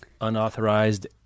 unauthorized